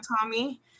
Tommy